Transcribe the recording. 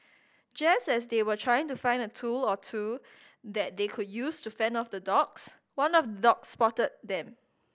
just as they were trying to find a tool or two that they could use to fend off the dogs one of the dogs spotted them